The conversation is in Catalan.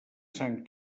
sant